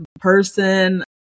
person